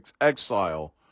Exile